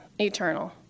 Eternal